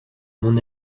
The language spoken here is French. mon